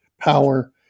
power